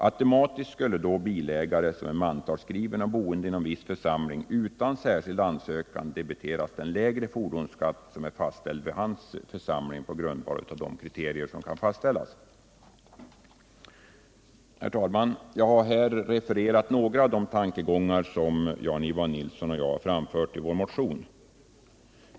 Automatiskt skulle bilägare, mantalsskriven och boende inom viss församling, utan särskild ansökan debiteras den lägre fordonsskatt som är fastställd för hans församling på grund av de kriterier som kan fastställas. Herr talman! Jag har här refererat några av de tankegångar som Jan-Ivan Nilsson och jag framfört i vår motion.